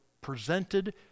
presented